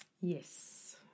Yes